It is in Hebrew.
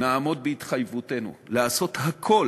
נעמוד בהתחייבותנו לעשות הכול